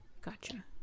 Gotcha